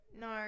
No